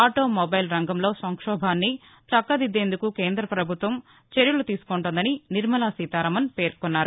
automobile రంగంలో సంక్షోభాన్ని చక్కదిద్దేందుకు కేంద్ర పభుత్వం చర్యలు తీసుకుంటోందని నిర్మలా సీతారామన్ పేర్కొన్నారు